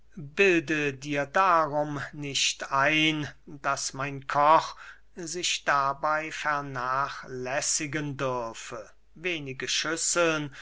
bilde dir darum nicht ein daß mein koch sich dabey vernachlässigen dürfe wenige schüsseln